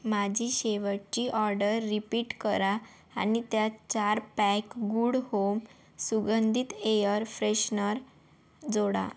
माझी शेवटची order repeat करा आणि त्यात चार पॅक गुड होम सुगंधित एअर फ्रेशनर जोडा